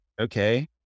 okay